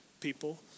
people